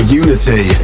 unity